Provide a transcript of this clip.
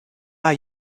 are